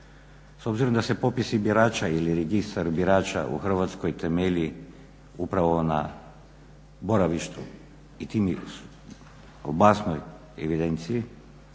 S obzirom da se popisi birača ili Registar birača u Hrvatskoj temelji upravo na boravištu i … o baznoj evidenciji